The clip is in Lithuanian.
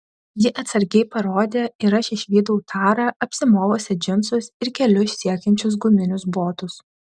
ji atsargiai parodė ir aš išvydau tarą apsimovusią džinsus ir kelius siekiančius guminius botus